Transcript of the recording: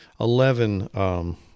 eleven